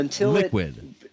liquid